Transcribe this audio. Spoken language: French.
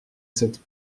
cette